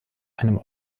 einem